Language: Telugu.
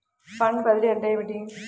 ఫండ్ బదిలీ అంటే ఏమిటి?